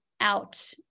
out